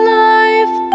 life